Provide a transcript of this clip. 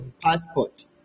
passport